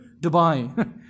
Dubai